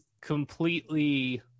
completely